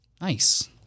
Nice